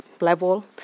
level